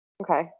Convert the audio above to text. Okay